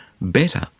better